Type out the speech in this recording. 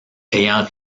ayant